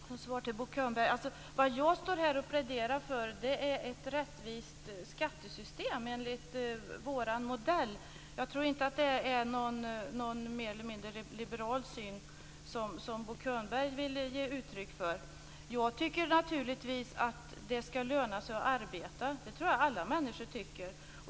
Herr talman! Jag skall svara Bo Könberg. Jag står här och pläderar för ett rättvist skattesystem enligt vår modell. Och jag tror inte att det är någon mer eller mindre liberal syn, som Bo Könberg ville ge yttryck för. Jag tycker naturligtvis att det skall löna sig att arbeta. Det tror jag att alla människor tycker.